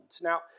Now